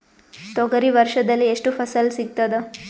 ತೊಗರಿ ವರ್ಷದಲ್ಲಿ ಎಷ್ಟು ಫಸಲ ಸಿಗತದ?